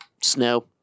snow